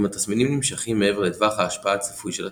אם התסמינים נמשכים מעבר לטווח ההשפעה הצפוי של הטיפול.